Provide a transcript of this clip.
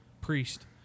priest